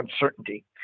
uncertainty